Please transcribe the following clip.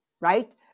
right